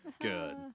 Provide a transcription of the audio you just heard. Good